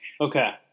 Okay